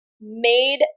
made